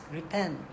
repent